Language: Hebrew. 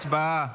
הצבעה.